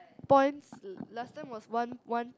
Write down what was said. points last time was one one